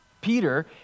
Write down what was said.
Peter